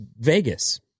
Vegas